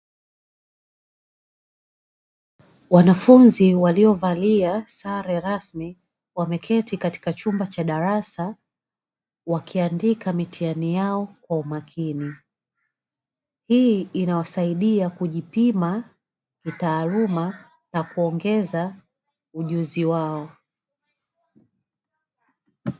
Wanafunzi waliovalia sare rasmi, wameketi katika chumba cha darasa, wakiandika mitihani yao kwa umakini. Hii inawasaidia kujipima kitaaluma na kuongeza ujuzi wao.